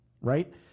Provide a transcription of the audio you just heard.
Right